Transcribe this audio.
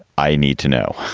i need to know.